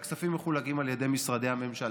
המקובל היה שהכספים מחולקים על ידי משרדי הממשלה,